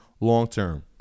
long-term